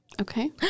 Okay